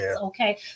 okay